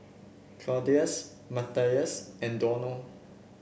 Claudius Matias and Donal